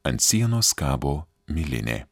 ant sienos kabo milinė